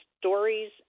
stories